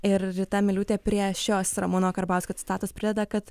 ir rita miliūtė prie šios ramūno karbauskio citatos prideda kad